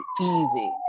easy